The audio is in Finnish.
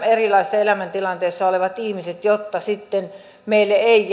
erilaisessa elämäntilanteessa olevat ihmiset jotta meille ei